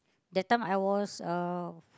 that time I was uh